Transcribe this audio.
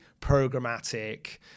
programmatic